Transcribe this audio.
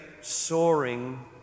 soaring